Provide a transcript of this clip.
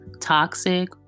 toxic